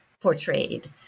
portrayed